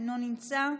אינו נמצא.